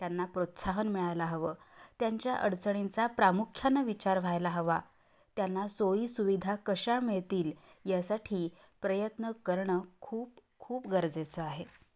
त्यांना प्रोत्साहन मिळायला हवं त्यांच्या अडचणींचा प्रामुख्यानं विचार व्हायला हवा त्यांना सोयी सुविधा कशा मिळतील यासाठी प्रयत्न करणं खूप खूप गरजेचं आहे